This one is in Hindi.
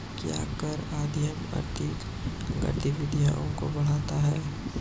क्या कर आश्रय आर्थिक गतिविधियों को बढ़ाता है?